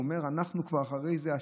הוא אומר: אנחנו כבר אחרי זה.